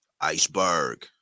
Iceberg